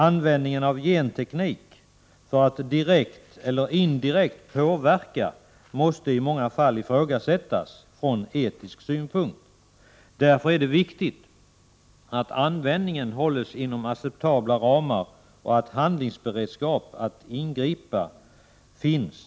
Användningen av genteknik för direkt eller indirekt påverkan måste i många fall ifrågasättas från etisk synpunkt. Därför är det viktigt att användningen hålls inom acceptabla ramar och att en handlingsberedskap att ingripa finns.